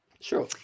Sure